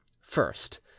first